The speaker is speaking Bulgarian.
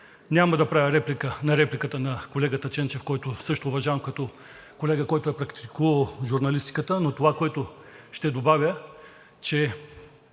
Няма да правя реплика на репликата на колегата Ченчев, който също уважавам като колега, който е практикувал журналистика, но това, което ще добавя, е,